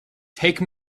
take